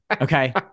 Okay